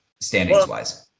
standings-wise